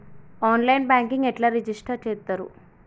On line banking ఎట్లా register చేత్తరు?